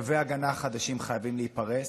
קווי הגנה חדשים חייבים להיפרס,